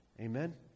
Amen